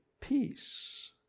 peace